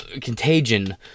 contagion